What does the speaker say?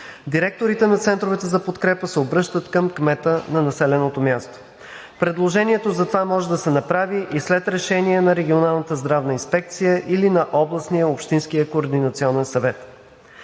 Директорите на Центровете за подкрепа се обръщат към кмета на населеното място. Предложението за това може да се направи и след решение на Регионалната здравна инспекция или на областния, общински координационен съвет.